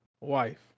wife